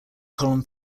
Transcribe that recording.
column